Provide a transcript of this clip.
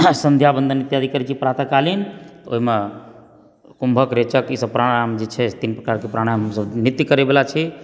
सन्ध्या वन्दन इत्यादि करै छी प्रातःकालीन ओहिमे कुम्भक रेचक ई सभ प्राणायम जॆ छै तिनका प्रणायाम हमसब नित्य करै वाला छी